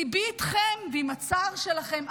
ליבי איתכם ועם הצער שלכם,